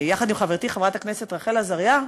יחד עם חברתי חברת הכנסת רחל עזריה.